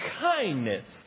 kindness